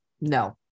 no